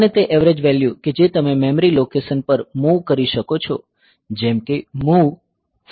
અને તે average value કે જે તમે મેમરી લોકેશન પર મૂવ કરી શકો છો જેમકે MOV 40hA